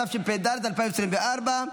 התשפ"ד 2024,